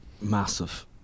Massive